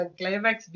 climax